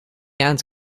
ant